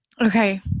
okay